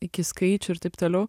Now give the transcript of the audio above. iki skaičių ir taip toliau